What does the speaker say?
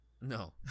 No